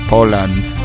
Poland